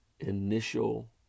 initial